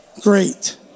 Great